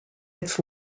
its